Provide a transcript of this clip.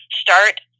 start